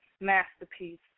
masterpiece